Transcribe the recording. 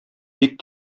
бик